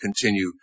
continue